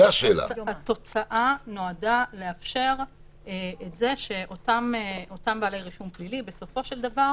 התוצאה נועדה לאפשר שאותם בעלי רישום פלילי בסופו של דבר